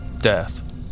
death